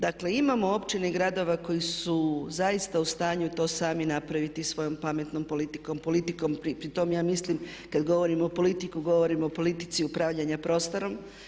Dakle, imamo općine i gradova koji su zaista u stanju to sami napraviti svojom pametnom politikom, politikom pri tom ja mislim kad govorim o politici, govorim o politici upravljanja prostorom.